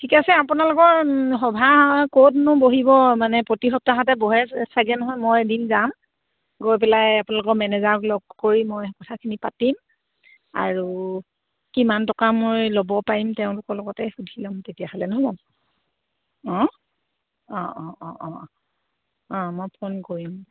ঠিক আছে আপোনালোকৰ সভা ক'তনো বহিব মানে প্ৰতি সপ্তাহতে বহে চাগে নহয় মই এদিন যাম গৈ পেলাই আপোনালোকৰ মেনেজাৰক লগ কৰি মই কথাখিনি পাতিম আৰু কিমান টকা মই ল'ব পাৰিম তেওঁলোকৰ লগতে সুধি ল'ম তেতিয়াহ'লে নহয় জানো অঁ অঁ অঁ অঁ অঁ অঁ অঁ মই ফোন কৰিম